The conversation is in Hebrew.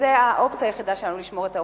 וזאת האופציה היחידה שלנו לשמור את האיכות.